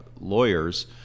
lawyers